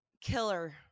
killer